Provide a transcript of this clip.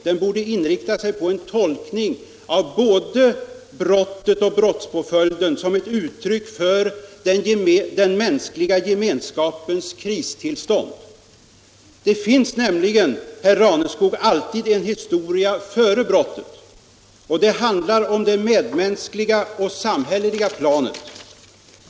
Den borde inrikta sig på tolkning av både brott och brottspåföljd som ett uttryck för den mänskliga gemenskapens kristillstånd. Det finns nämligen, herr Raneskog, alltid en historia före brottet, och den rör sig på det medmänskliga och samhälleliga planet.